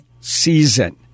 season